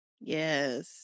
Yes